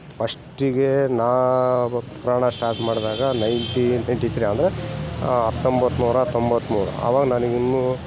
ಪಸ್ಟೀಗೆ ನಾವು ಪುರಾಣ ಸ್ಟಾರ್ಟ್ ಮಾಡಿದಾಗ ನೈನ್ಟಿನ್ ನೈನ್ಟಿ ತ್ರೀ ಅಂದರೆ ಹತ್ತೊಂಬತ್ತು ನೂರ ತೊಂಬತ್ತು ಮೂರು ಆವಾಗ ನನಗಿನ್ನೂ